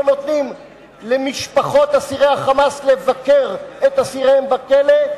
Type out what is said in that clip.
נותנים למשפחות אסירי ה"חמאס" לבקר את אסיריהם בכלא,